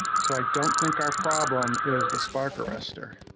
so, i don't think our problem is the spark arrestor.